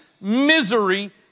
misery